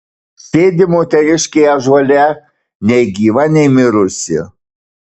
sėdi moteriškė ąžuole nei gyva nei mirusi